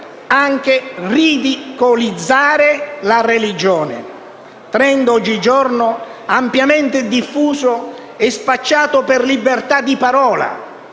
anche ridicolizzare la religione, *trend* oggigiorno ampiamente diffuso e spacciato per libertà di parola,